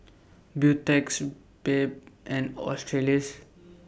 Beautex Bebe and Australis